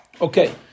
Okay